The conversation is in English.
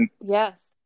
yes